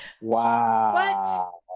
Wow